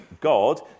God